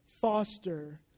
Foster